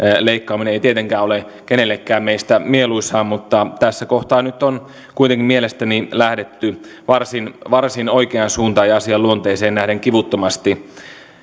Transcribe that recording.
leikkaaminen ei tietenkään ole kenellekään meistä mieluisaa mutta tässä kohtaa nyt on kuitenkin mielestäni lähdetty varsin varsin oikeaan suuntaan ja asian luonteeseen nähden kivuttomasti